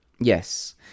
yes